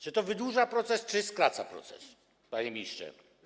Czy to wydłuża proces, czy skraca proces, panie ministrze?